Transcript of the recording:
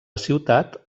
ciutat